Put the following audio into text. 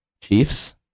Chiefs